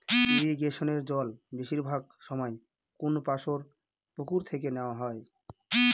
ইরিগেশনের জল বেশিরভাগ সময় কোনপাশর পুকুর থেকে নেওয়া হয়